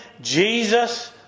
Jesus